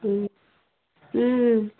ಹ್ಞೂ ಹ್ಞೂ